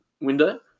window